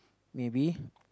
maybe